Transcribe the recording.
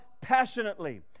passionately